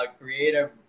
creative